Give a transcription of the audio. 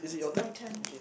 my turn